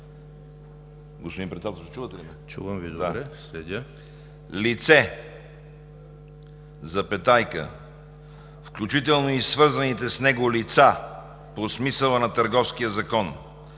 „Лице, включително и свързаните с него лица по смисъла на Търговския закон,